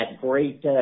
great